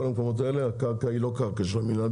כל המקומות האלה הקרקע היא לא קרקע של המדינה.